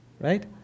right